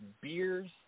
beers